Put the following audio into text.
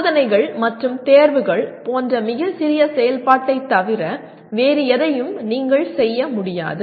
சோதனைகள் மற்றும் தேர்வுகள் போன்ற மிகச் சிறிய செயல்பாட்டைத் தவிர வேறு எதையும் நீங்கள் செய்ய முடியாது